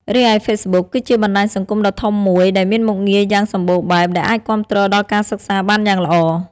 រីឯហ្វេសបុក គឺជាបណ្ដាញសង្គមដ៏ធំមួយដែលមានមុខងារយ៉ាងសម្បូរបែប ដែលអាចគាំទ្រដល់ការសិក្សាបានយ៉ាងល្អ។